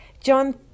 John